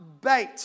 bait